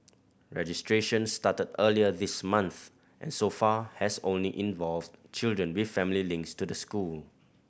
registration started earlier this month and so far has only involved children with family links to the school